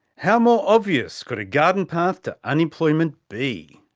how more obvious could a garden path to unemployment be?